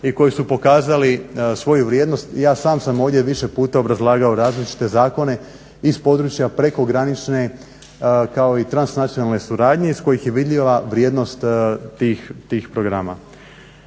i koji su pokazali svoju vrijednost. Ja sam sam ovdje više puta obrazlagao različite zakone iz područje prekogranične kao i transnacionalne suradnje iz kojih je vidljiva vrijednost tih programa.